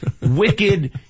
wicked